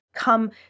Come